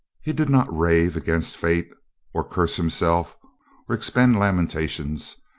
he did not rave against fate or curse himself or expend lamentations.